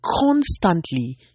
constantly